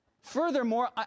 Furthermore